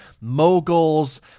moguls